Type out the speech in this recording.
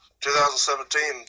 2017